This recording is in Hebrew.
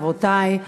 חברותי,